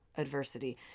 adversity